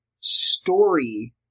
story